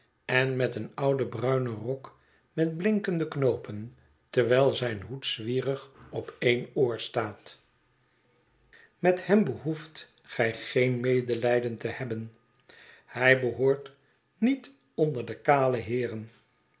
en met een ouden bruinen rok met blinkende knoopen terwijl zijn hoed zwierigopen oor staat met hem behoeft gij geen medelijden te hebben hij behoort niet onderdekale heeren